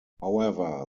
however